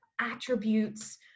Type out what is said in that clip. attributes